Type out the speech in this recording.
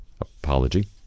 apology